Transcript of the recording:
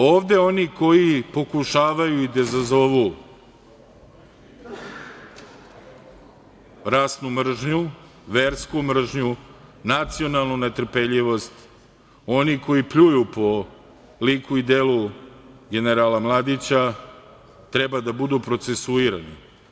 Ovde oni koji pokušavaju da izazovu rasnu mržnju, versku mržnju, nacionalnu netrpeljivost, oni koji pljuju po liku i delu generala Mladića, treba da budu procesuirani.